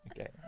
Okay